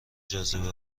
جاذبه